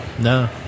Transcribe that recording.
No